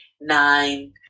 nine